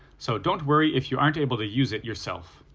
so don't worry if you aren't able to use it yourself.